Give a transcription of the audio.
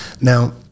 Now